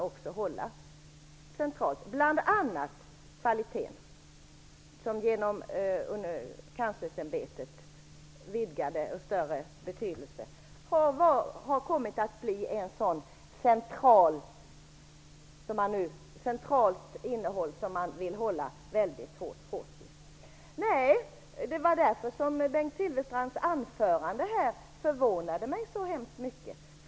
Det finns funktioner som måste finnas centralt. Genom Kanslersämbetets vidgade betydelse har frågan om kvalitén kommit att bli något som man vill hålla hårt i på centralt håll. Bengt Silfverstrands anförande förvånade mig mycket.